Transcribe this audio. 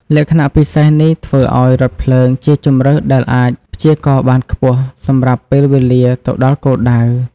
លក្ខណៈពិសេសនេះធ្វើឱ្យរថភ្លើងជាជម្រើសដែលអាច ព្យាករណ៍បានខ្ពស់ សម្រាប់ពេលវេលាទៅដល់គោលដៅ។